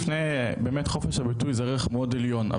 לפני באמת חופש הביטוי זה ערך מאוד עליון,